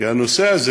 כי הנושא הזה